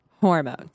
Hormones